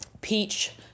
peach